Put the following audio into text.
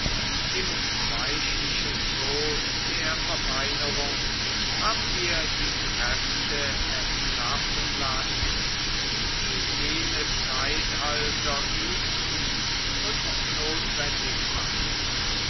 im weichlichen schooß der verfeinerung haben wir die kräfte erschlaffen lassen die jene zeitalter übten und nothwendig machten